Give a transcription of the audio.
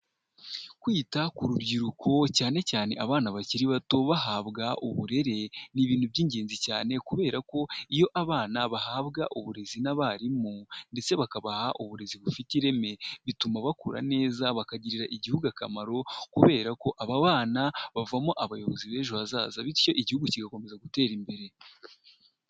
Kwita ku Rubyiruko cyane cyane abana bakiri bato bahabwa uburere ni ibintu by'ingenzi cyane kubera ko iyo abana bahabwa uburezi n'abarimu ndetse bakabaha uburezi bufite ireme bituma bakura neza bakagirira igihugu akamaro kubera ko aba bana bavamo abayobozi b'ejo hazaza bityo igihugu kigakomeza gutera imbere.